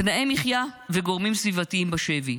תנאי מחיה וגורמים סביבתיים בשבי,